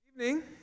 evening